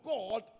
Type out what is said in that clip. God